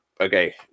okay